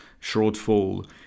shortfall